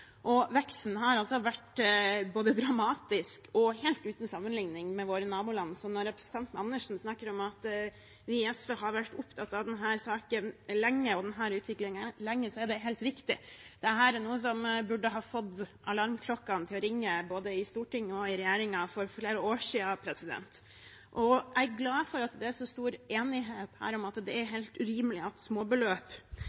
inkassosaker. Veksten har vært både dramatisk og helt uten sammenligning med våre naboland, så når representanten Andersen snakker om at vi i SV har vært opptatt av denne saken og denne utviklingen lenge, er det helt riktig. Dette er noe som burde fått alarmklokkene til å ringe både i Stortinget og i regjeringen for flere år siden. Jeg er glad for at det er så stor enighet om at det er